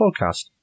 podcast